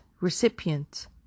Recipient